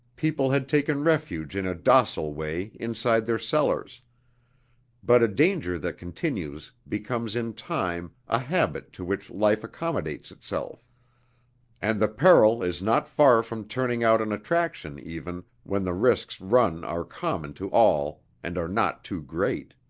people had taken refuge in a docile way inside their cellars but a danger that continues becomes in time a habit to which life accommodates itself and the peril is not far from turning out an attraction even, when the risks run are common to all and are not too great.